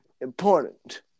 important